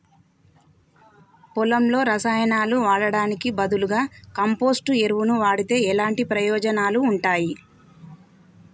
పొలంలో రసాయనాలు వాడటానికి బదులుగా కంపోస్ట్ ఎరువును వాడితే ఎలాంటి ప్రయోజనాలు ఉంటాయి?